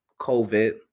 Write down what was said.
COVID